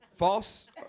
False